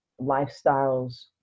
lifestyles